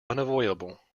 unavoidable